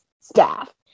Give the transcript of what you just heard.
staff